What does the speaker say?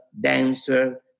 dancer